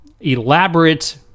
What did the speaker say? elaborate